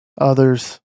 others